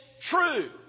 true